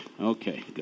okay